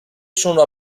sono